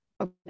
okay